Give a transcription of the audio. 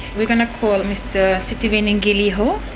we're going to call mr sitiveni qiliho,